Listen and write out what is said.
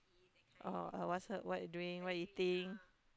uh ask her what you doing what you eating